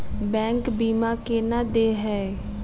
Bank बीमा केना देय है?